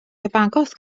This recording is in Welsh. cyfagos